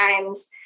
times